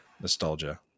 Nostalgia